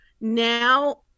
Now